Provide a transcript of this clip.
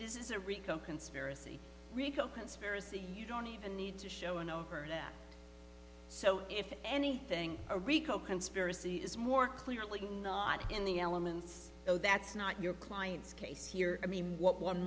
this is a rico conspiracy rico conspiracy you don't even need to show an overt so if anything a rico conspiracy is more clearly not in the elements though that's not your client's case here i mean what one